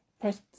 press